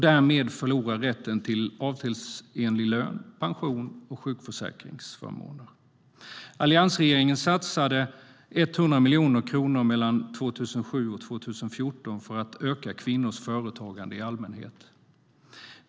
Därmed förlorar de rätten till avtalsenlig lön, pension och sjukförsäkringsförmåner. Alliansregeringen satsade 100 miljoner kronor mellan 2007 och 2014 för att öka kvinnors företagande i allmänhet.